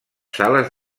sales